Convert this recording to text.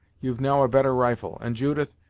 you've now a better rifle, and, judith,